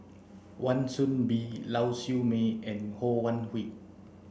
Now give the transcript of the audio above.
Wan Soon Bee Lau Siew Mei and Ho Wan Hui